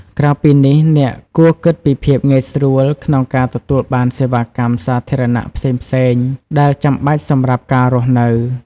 ក្រៅពីនេះ អ្នកក៏គួរគិតពីភាពងាយស្រួលក្នុងការទទួលបានសេវាកម្មសាធារណៈផ្សេងៗ ដែលចាំបាច់សម្រាប់ការរស់នៅ។